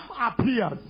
appears